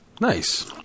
nice